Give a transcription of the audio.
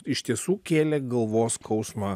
iš tiesų kėlė galvos skausmą